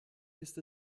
ist